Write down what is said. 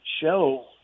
show